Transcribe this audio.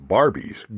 Barbies